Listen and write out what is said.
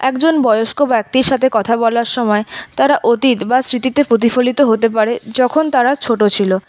একজন বয়স্ক ব্যক্তির সাথে কথা বলার সময় তারা অতীত বা স্মৃতিতে প্রফলিত হতে পারে যখন তারা ছোটো ছিল